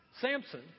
Samson